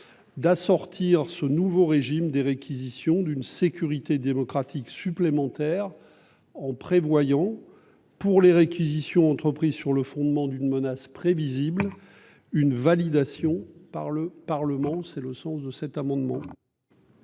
D'assortir ce nouveau régime des réquisitions d'une sécurité démocratique supplémentaire. En prévoyant pour les réquisitions entreprises sur le fondement d'une menace prévisible une validation par le Parlement. C'est le sens de cet amendement.